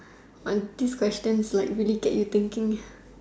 what this question like really get you thinking